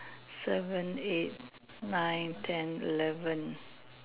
seven eight nine ten eleven